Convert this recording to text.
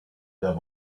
there